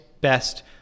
best